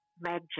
magic